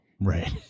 Right